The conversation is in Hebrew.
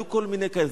היו כל מיני כאלה.